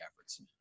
efforts